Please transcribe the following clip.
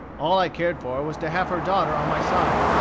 all i cared for was to have her daughter on my side,